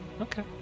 Okay